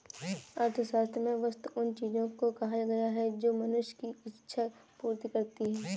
अर्थशास्त्र में वस्तु उन चीजों को कहा गया है जो मनुष्य की इक्षा पूर्ति करती हैं